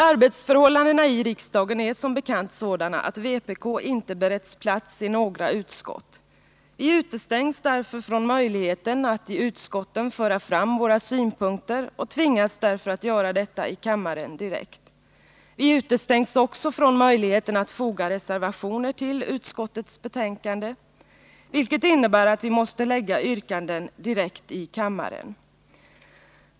Arbetsförhållandena i riksdagen är som bekant sådana att vpk inte beretts plats i några utskott. Vi utestängs därför från möjligheten att i utskotten föra fram våra synpunkter och tvingas därför att göra detta i kammaren direkt. Vi utestängs också från möjligheten att foga reservationer till utskottets betänkande, vilket innebär att vi måste lägga yrkanden direkt i kammaren.